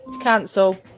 cancel